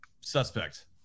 suspect